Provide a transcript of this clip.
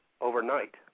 overnight